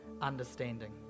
understanding